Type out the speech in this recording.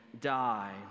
die